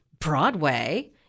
Broadway